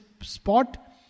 spot